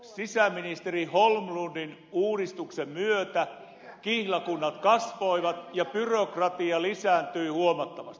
sisäministeri holmlundin uudistuksen myötä kihlakunnat kasvoivat ja byrokratia lisääntyi huomattavasti